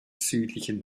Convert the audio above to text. südlichen